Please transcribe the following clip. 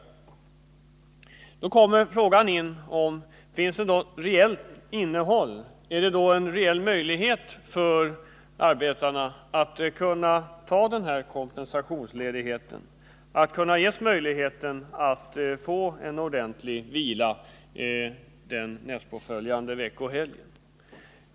Man kan då fråga sig om det i realiteten finns någon möjlighet för arbetarna att ta ut den här kompensationsledigheten, att unna sig ordentlig vila nästpåföljande veckoslut.